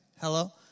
Hello